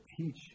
teach